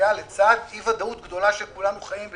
לצד אי ודאות גדולה שכולנו חיים בתוכה.